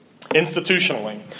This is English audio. Institutionally